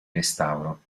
restauro